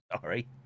Sorry